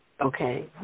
Okay